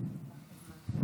אדוני היושב-ראש, חברי הכנסת,